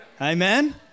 Amen